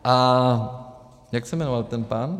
A jak se jmenoval ten pán?